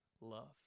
love